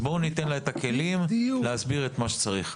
בואו ניתן לה את הכלים להסביר את מה שצריך.